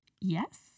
Yes